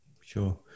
Sure